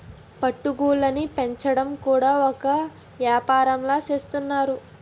పట్టు గూళ్ళుని పెంచడం కూడా ఒక ఏపారంలా సేత్తన్నారు